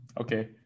Okay